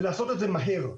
ולעשות את זה מהר.